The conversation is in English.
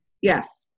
Yes